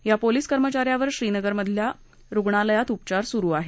या पोलीस कर्मचाऱ्यावर श्रीनगर मधल्या रुग्णालयात उपचार सुरु आहेत